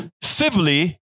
civilly